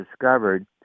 discovered